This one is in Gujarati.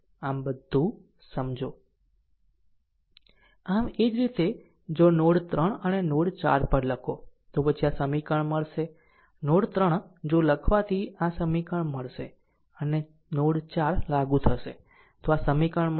આમ બધું સમજો આમ એ જ રીતે જો નોડ 3 અને નોડ 4 પર લખો તો પછી આ સમીકરણ મળશે નોડ 3 જો લખવાથી આ સમીકરણ મળશે અને નોડ 4 લાગુ થશે તો આ સમીકરણ મળશે